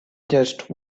just